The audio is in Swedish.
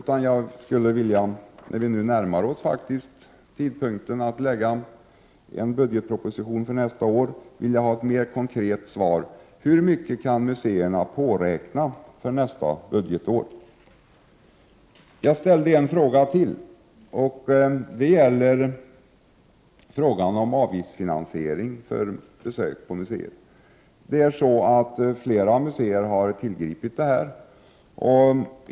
När vi nu faktiskt närmar oss tidpunkten när nästa års budgetproposition skall läggas fram skulle jag vilja ha ett mer konkret svar: Hur mycket kan museerna påräkna för nästkommande budgetår? Jag ställde en fråga till i min interpellation. Den gällde avgiftsfinansiering av museiverksamhet — flera museer har tillgripit metoden med avgifter för besök.